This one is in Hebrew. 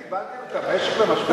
אתם קיבלתם את המשק במשבר?